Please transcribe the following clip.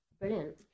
Brilliant